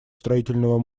строительного